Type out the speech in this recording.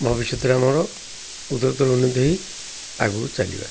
ଭବିଷ୍ୟତରେ ଆମର ଉତ୍ତରୋତ୍ତର ଉନ୍ନତି ହେଇ ଆଗକୁ ଚାଲିବା